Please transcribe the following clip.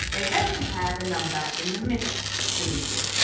they then compare the number in the middle the median.